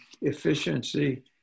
efficiency